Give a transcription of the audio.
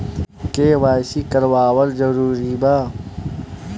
KYC करवावल जरूरी बा?